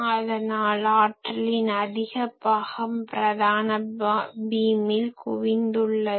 அதனால் ஆற்றலின் அதிக பாகம் பிரதான பீமில் குவிந்துள்ளது